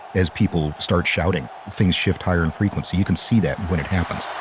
as people start shouting, things shift higher in frequency. you can see that when it happens.